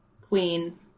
Queen